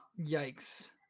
Yikes